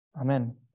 Amen